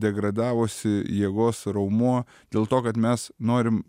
degradavusi jėgos raumuo dėl to kad mes norim